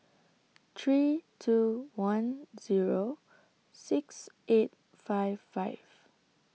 three two one Zero six eight five five